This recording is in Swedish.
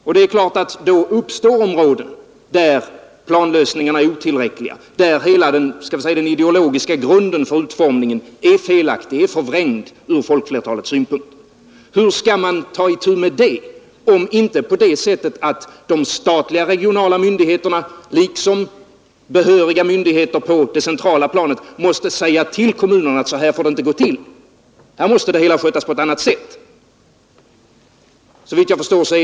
Då uppstår givetvis områden där planlösningarna är otillräckliga, där hela den ideologiska grunden för utformningen är felaktig, från folkflertalets synpunkt förvrängd. Hur skall man ta itu med detta om inte på det sättet att de statliga regionala myndigheterna liksom behöriga myndigheter på det centrala planet säger att så här får det inte gå till, det hela måste skötas på ett annat sätt?